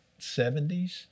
70s